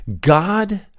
God